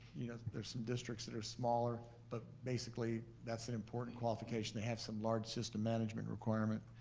you know, there's some districts that are smaller, but basically that's an important qualification they have some large system management requirement.